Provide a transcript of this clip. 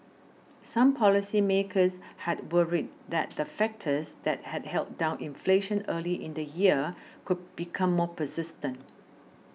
some policymakers had worried that the factors that had held down inflation early in the year could become more persistent